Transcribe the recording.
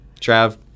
Trav